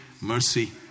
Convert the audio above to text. mercy